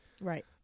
Right